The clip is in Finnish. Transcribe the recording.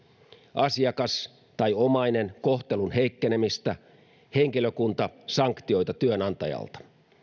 asiakas tai omainen kohtelun heikkenemistä henkilökunta sanktioita työnantajalta